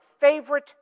favorite